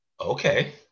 okay